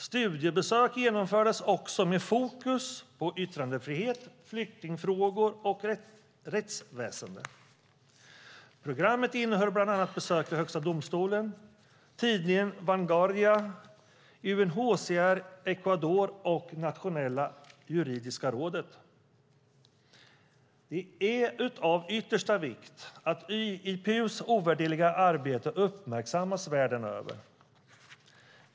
Studiebesök genomfördes också med fokus på yttrandefrihet, flyktingfrågor och rättsväsen. Programmet innehöll bland annat besök vid Högsta domstolen, tidningen La Vanguardia, UNHCR Ecuador och Nationella juridiska rådet. Det är av yttersta vikt att IPU:s ovärderliga arbete uppmärksammas världen över.